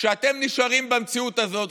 כשאתם נשארים במציאות הזאת,